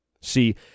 See